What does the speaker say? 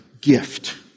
Gift